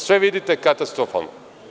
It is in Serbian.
Sve vidite katastrofalno.